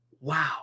wow